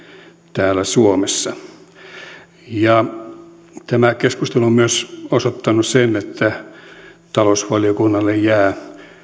täällä suomessa tämä keskustelu on myös osoittanut sen että talousvaliokunnalle jää